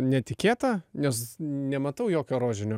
netikėta nes nematau jokio rožinio